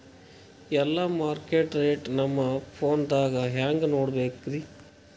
ಎಲ್ಲಾ market rate ನಮ್ ಫೋನದಾಗ ಹೆಂಗ ನೋಡಕೋಬೇಕ್ರಿ?